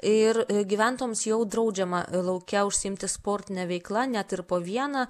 ir gyventojams jau draudžiama lauke užsiimti sportine veikla net ir po vieną